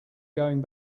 going